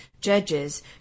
judges